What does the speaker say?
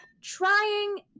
trying